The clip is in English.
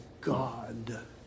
God